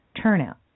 turnout